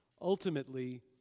Ultimately